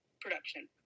production